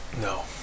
No